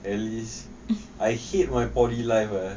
at least I hate my poly life lah